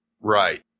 Right